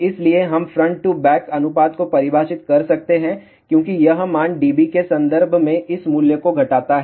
इसलिए हम front to back अनुपात को परिभाषित कर सकते हैं क्योंकि यह मान dB के संदर्भ में इस मूल्य को घटाता है